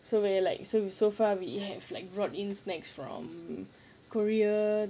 so we're like s~ so far we have like brought in snacks from korea